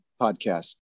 podcast